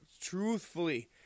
Truthfully